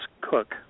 Cook